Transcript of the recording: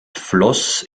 floss